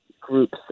groups